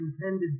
intended